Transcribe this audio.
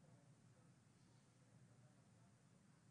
דוד יליניק, בבקשה.